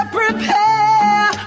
prepare